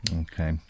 Okay